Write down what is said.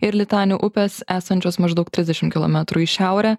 ir litanio upės esančios maždaug trisdešim kilometrų į šiaurę